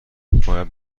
باید